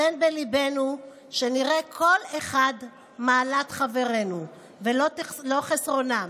תן בליבנו שנראה כל אחד מעלת חברינו ולא חסרונם.